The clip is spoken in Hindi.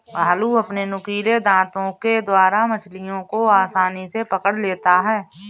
भालू अपने नुकीले दातों के द्वारा मछलियों को आसानी से पकड़ लेता है